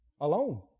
alone